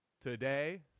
today